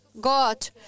God